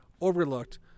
overlooked